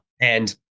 and-